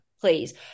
please